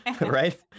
Right